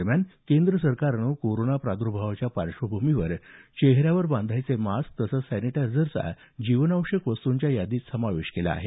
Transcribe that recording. दरम्यान केंद्र सरकारनं कोरोना प्रादुर्भावाच्या पार्श्वभूमीवर चेहऱ्यावर बांधायचे मास्क तसंच सॅनिटायझरचा जीवनावश्यक वस्तूंच्या यादीत समावेश केला आहे